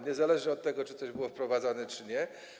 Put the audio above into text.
Niezależnie od tego, czy coś było wprowadzane czy nie.